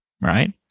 right